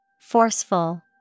Forceful